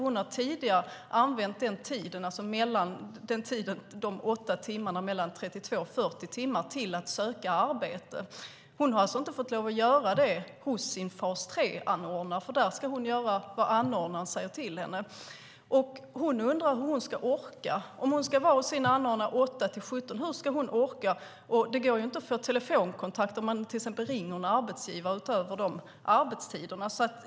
Hon har tidigare använt de åtta timmarna mellan 32 och 40 timmar till att söka arbete. Hon har inte fått lov att göra det hos sin fas 3-anordnare, för där ska hon göra vad anordnaren säger till henne. Hon undrar hur hon ska orka om hon ska vara hos sin anordnare från 8 till 17. Det går ju inte att få telefonkontakt om man till exempel ringer en arbetsgivare utanför de arbetstiderna.